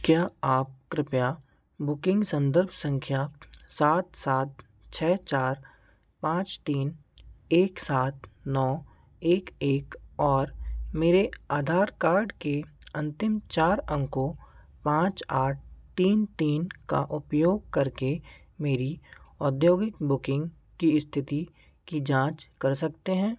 क्या आप कृपया बुकिन्ग सन्दर्भ सँख्या सात सात छह चार पाँच तीन एक सात नौ एक एक और मेरे आधार कार्ड के अन्तिम चार अंकों पाँच आठ तीन तीन का उपयोग करके मेरी औद्योगिक बुकिन्ग की इस्थिति की जाँच कर सकते हैं